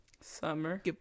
summer